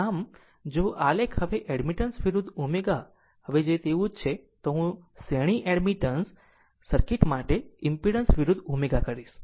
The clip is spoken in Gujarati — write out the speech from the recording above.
આમ જો આલેખ હવે એડમિટન્સ વિરુદ્ધ ω હવે જે છે તેવું જ હું શ્રેણી એડમિશન સરકીટ માટે ઇમ્પેડન્સ વિરુદ્ધ ω કરીશ